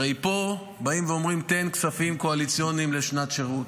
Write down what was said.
הרי פה באים ואומרים: תן כספים קואליציוניים לשנת שירות.